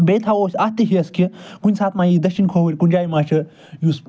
بییٚہِ تھاوو أسۍ اَتھ تہِ ہٮ۪س کہِ کُنۍ ساتہٕ مَہ یی دٔچھِنۍ کھوٚوٕرۍ کُنہِ جاے مَہ چھِ یُس